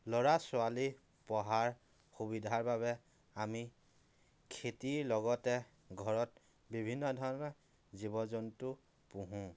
ল'ৰা ছোৱালী পঢ়াৰ সুবিধাৰ বাবে আমি খেতিৰ লগতে ঘৰত বিভিন্ন ধৰণৰ জীৱ জন্তু পোহোঁ